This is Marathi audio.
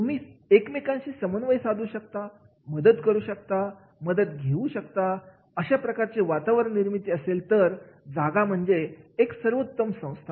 तुम्ही एकमेकांशी समन्वय साधू शकता मदत करू शकता मदत घेऊ शकता अशा प्रकारचे वातावरण निर्मिती असेल ही जागा म्हणजे एक सर्वोत्तम संस्था